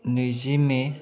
नैजि मे